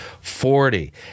Forty